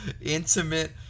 intimate